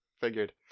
figured